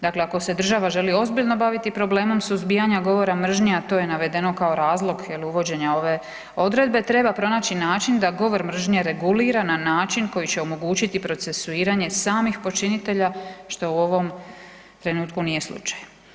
Dakle, ako se država želi ozbiljno baviti problemom suzbijanja govora mržnje a to je navedeno kao razlog uvođenja ove odredbe, treba pronaći način da govor mržnje regulira na način koji će omogućiti procesuiranje samih počinitelja, što u ovom trenutku nije slučaj.